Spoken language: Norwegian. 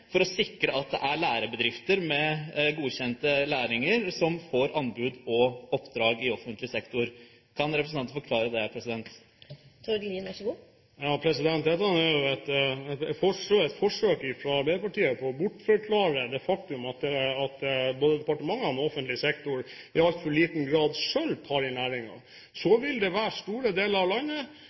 for å sikre at det er bedrifter som er godkjente lærebedrifter, med lærlinger, som får anbud og oppdrag» i offentlig sektor. Kan representanten Lien forklare dette? Dette er et forsøk fra Arbeiderpartiet på å bortforklare det faktum at både departementene og offentlig sektor ellers i altfor liten grad selv tar inn lærlinger. Det vil i store deler av landet